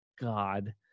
God